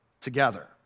together